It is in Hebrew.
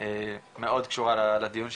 מאוד קשורה לדיון שלנו.